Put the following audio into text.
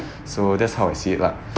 so that's how I see it lah